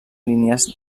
línies